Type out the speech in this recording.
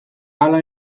hala